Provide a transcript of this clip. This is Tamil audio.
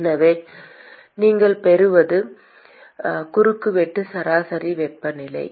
எனவே நீங்கள் பெறுவது குறுக்கு வெட்டு சராசரி வெப்பநிலை